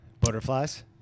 butterflies